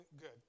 good